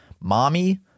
Mommy